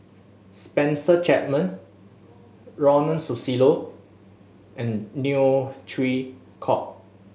Spencer Chapman Ronald Susilo and Neo Chwee Kok